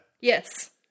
Yes